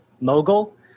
mogul